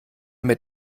mit